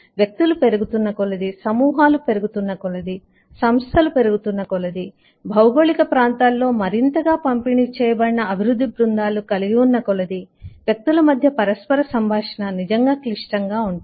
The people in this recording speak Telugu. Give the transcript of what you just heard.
వ్యక్తులు పెరుగుతున్న కొలది సమూహాలు పెరుగుతున్న కొలది సంస్థలు పెరుగుతున్న కొలది భౌగోళిక ప్రాంతాలలో మరింతగా పంపిణీ చేయబడిన అభివృద్ధి బృందాలు కలిగి ఉన్న కొలది వ్యక్తుల మధ్య పరస్పర సంభాషణ నిజంగా క్లిష్టంగా ఉంటుంది